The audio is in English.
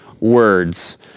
words